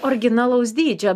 originalaus dydžio